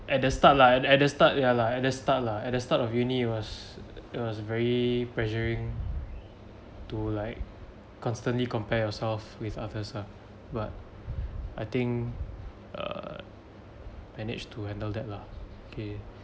at the start lah at the start ya lah at the start lah at the start of uni was it was very pressuring to like constantly compare yourself with others ah but I think err managed to handle that lah okay